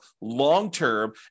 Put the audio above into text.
long-term